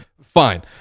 Fine